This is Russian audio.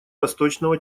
восточного